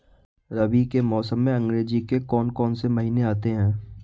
रबी के मौसम में अंग्रेज़ी के कौन कौनसे महीने आते हैं?